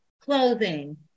clothing